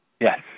Yes